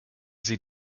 sie